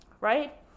right